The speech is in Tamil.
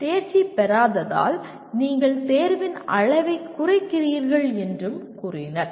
தேர்ச்சி பெறாததால் நீங்கள் தேர்வின் அளவைக் குறைக்கிறீர்கள் என்றும் கூறினர்